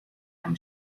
them